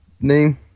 name